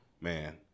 Man